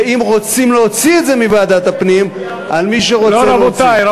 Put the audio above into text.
ואם רוצים להוציא את זה מוועדת הפנים,